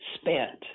spent